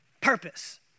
purpose